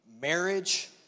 marriage